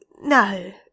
no